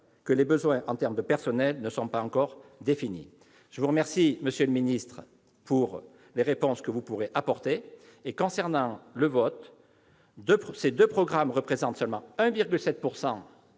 que les besoins en termes de personnel ne sont pas encore définis ? Je vous remercie par avance des réponses que vous pourrez donner. S'agissant du vote, ces deux programmes représentent seulement 1,7